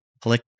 click